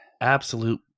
absolute